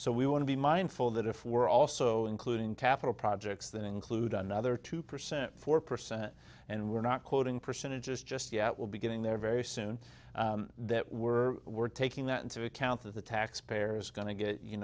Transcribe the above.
so we want to be mindful that if we're also including capital projects that include another two percent four percent and we're not quoting percentages just yet will be getting there very soon that we're we're taking that into account that the taxpayers are going to get you